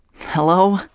hello